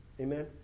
Amen